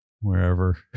wherever